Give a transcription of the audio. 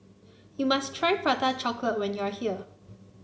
you must try Prata Chocolate when you are here